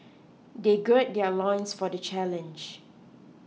they gird their loins for the challenge